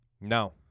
no